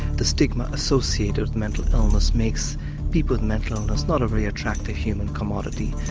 the stigma associated with mental illness makes people with mental illness not a very attractive human commodity.